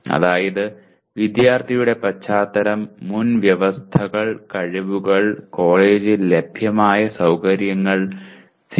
അതായത് വിദ്യാർത്ഥിയുടെ പശ്ചാത്തലം മുൻവ്യവസ്ഥകൾ കഴിവുകൾ കോളേജിൽ ലഭ്യമായ സൌകര്യങ്ങൾ സി